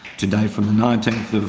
today from the nineteenth of,